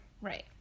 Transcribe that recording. Right